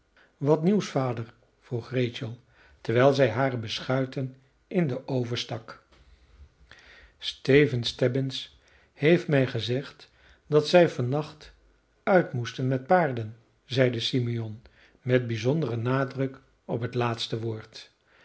wat nieuws vader vroeg rachel terwijl zij hare beschuiten in den oven stak steven stebbins heeft mij gezegd dat zij van nacht uit moesten met paarden zeide simeon met bijzonderen nadruk op het laatste woord